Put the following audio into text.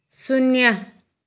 शून्य